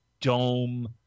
dome